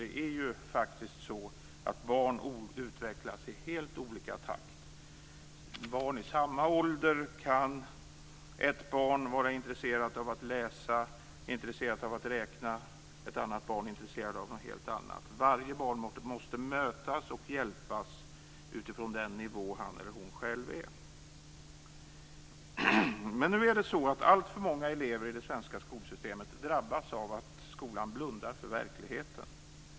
Det är absolut ingen lösning. Barn utvecklas ju faktiskt i helt olika takt. Ett barn kan vara intresserat av att läsa och räkna vid en viss ålder, och ett annat barn kan då vara intresserat av något helt annat. Varje barn måste mötas och hjälpas utifrån den nivå som hon eller han befinner sig på. Nu drabbas alltför många elever i det svenska skolsystemet av att skolan blundar för verkligheten.